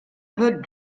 hurd